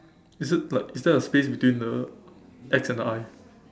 is it like is there a space between the X and the I